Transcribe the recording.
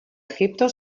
egipto